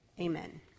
amen